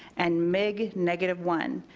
and mig negative one.